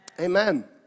Amen